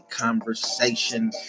conversation